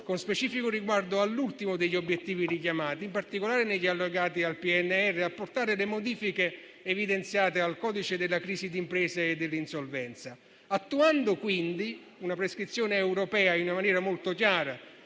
con specifico riguardo all'ultimo degli obiettivi richiamati, in particolare negli allegati al PNRR, apportare le modifiche evidenziate al codice della crisi d'impresa e dell'insolvenza, attuando quindi in maniera molto chiara